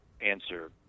answer